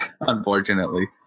Unfortunately